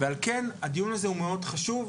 ועל כן הדיון הזה הוא מאוד חשוב,